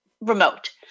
remote